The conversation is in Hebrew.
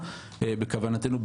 ואנחנו מקווים שבתקופה הקרובה,